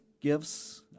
gifts